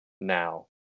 now